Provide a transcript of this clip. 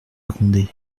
grondé